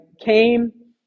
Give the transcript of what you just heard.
came